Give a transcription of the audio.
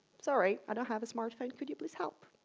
sorry, i don't have a smartphone, could you please help?